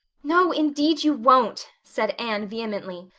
no, indeed, you won't, said anne vehemently.